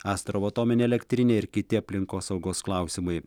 astravo atominė elektrinė ir kiti aplinkosaugos klausimai